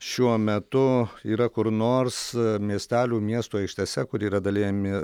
šiuo metu yra kur nors miestelių miestų aikštėse kur yra dalijami